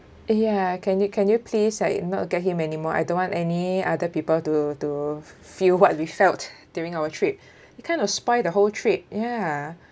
ya can you can you please like not get him anymore I don't want any other people to to feel what we felt during our trip it kind of spoilt the whole trip ya